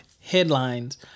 headlines